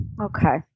Okay